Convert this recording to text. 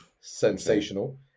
sensational